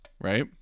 right